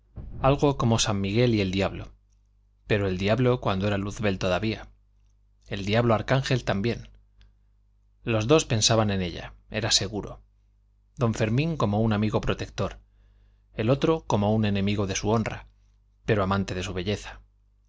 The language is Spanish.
algo como san miguel y el diablo pero el diablo cuando era luzbel todavía el diablo arcángel también los dos pensaban en ella era seguro don fermín como un amigo protector el otro como un enemigo de su honra pero amante de su belleza